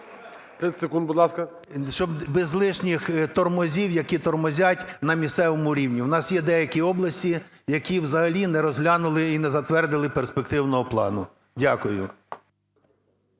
30 секунд, будь ласка. ФЕДОРУК М.Т. …щоб без лишніх "тормозів", які тормозять на місцевому рівні. У нас є деякі області, які взагалі не розглянули і не затвердили перспективного плану. Дякую.